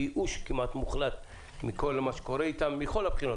בייאוש כמעט מוחלט מכל מה שקורה איתם מכל הבחינות.